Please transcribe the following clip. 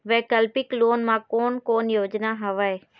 वैकल्पिक लोन मा कोन कोन योजना हवए?